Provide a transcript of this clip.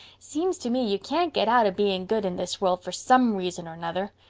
seems to me you can't get out of being good in this world for some reason or nother.